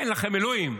אין לכם אלוהים.